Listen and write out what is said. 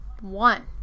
one